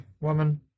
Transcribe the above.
woman